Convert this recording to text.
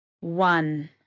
one